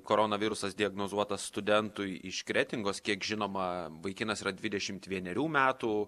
koronavirusas diagnozuotas studentui iš kretingos kiek žinoma vaikinas yra dvidešimt vienerių metų